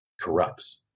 corrupts